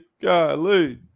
golly